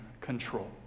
control